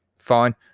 Fine